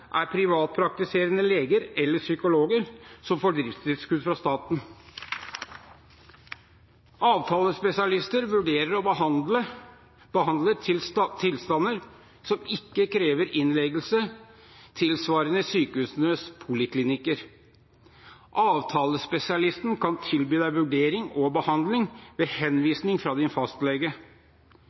er privatpraktiserende leger eller psykologer som får driftstilskudd fra staten. Avtalespesialister vurderer og behandler tilstander som ikke krever innleggelse tilsvarende sykehusenes poliklinikker. Avtalespesialisten kan tilby vurdering og behandling ved henvisning fra fastlege.